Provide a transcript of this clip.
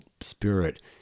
spirit